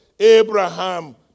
Abraham